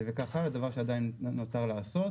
וכך הלאה, דבר שעדיין נותר לעשות.